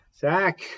Zach